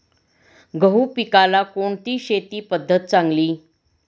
गहू पिकाला कोणती शेती पद्धत चांगली?